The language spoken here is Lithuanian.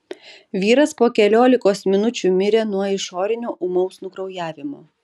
vyras po keliolikos minučių mirė nuo išorinio ūmaus nukraujavimo